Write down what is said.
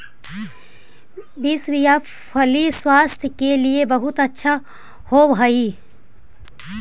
beans या फली स्वास्थ्य के लिए बहुत अच्छा होवअ हई